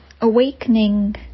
awakening